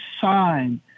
sign